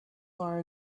far